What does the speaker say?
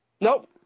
Nope